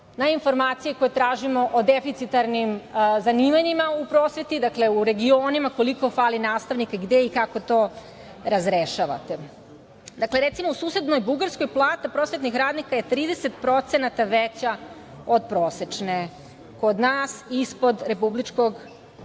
na informacije koje tražimo o deficitarnim zanimanjima u prosveti, u regionima koliko fali nastavnika, gde i kako to razrešavate. Dakle, recimo u susednoj Bugarskoj plata prosvetnih radnika je 30% veća od prosečne. Kod nas ispod republičkog